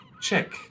check